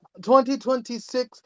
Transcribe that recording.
2026